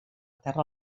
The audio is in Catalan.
terra